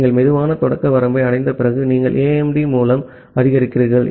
நீங்கள் slow start வரம்பை அடைந்த பிறகு நீங்கள் AIMD மூலம் அதிகரிக்கிறீர்கள்